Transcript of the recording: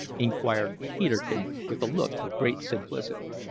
inquired peterkin with a look of great simplicity.